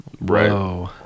Right